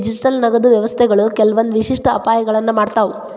digital ನಗದು ವ್ಯವಸ್ಥೆಗಳು ಕೆಲ್ವಂದ್ ವಿಶಿಷ್ಟ ಅಪಾಯಗಳನ್ನ ಮಾಡ್ತಾವ